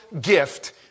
gift